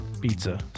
pizza